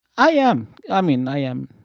i am. i mean, i am.